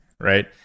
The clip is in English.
right